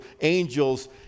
angels